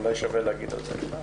אולי שווה להגיד על זה מילה?